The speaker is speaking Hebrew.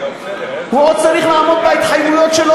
הוא עוד צריך לעמוד בהתחייבויות שלו